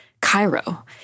Cairo